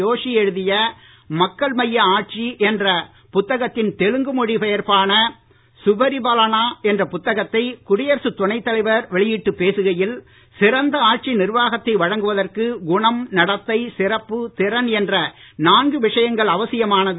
ஜோஷிஎழு தியமக்கள்மையஆட்சிஎன்றஎன்றபுத்தகத்தின்தெலுங்குமொழிபெயர்ப்பா ன சுபரிபலனாஎன்றபுத்தகத்தைகுடியரசுத்துணைத்தலைவர்வெளியிட்டுப் பேசுகையில் சிறந்தஆட்சிநிர்வாகத்தைவழங்குவதற்குகுணம் நடத்தை திறன்என்றநான்குவிஷயங்கள்அவசியமானது